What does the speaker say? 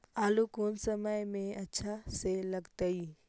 आलू कौन मौसम में अच्छा से लगतैई?